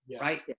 Right